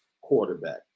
quarterback